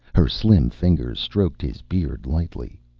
her slim fingers stroked his beard lightly.